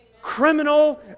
criminal